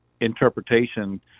interpretation